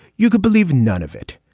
you could believe none of it.